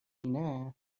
اینه